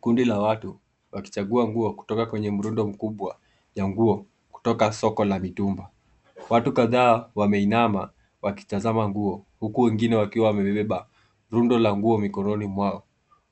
Kundi la watu wakichagua nguo kutoka kwenye mrundo mkubwa ya nguo kutoka soko la mtumba. Watu kadhaa wameinama wakitazama nguo huku wengine wakiwa wamebeba rundo la nguo mikononi mwao.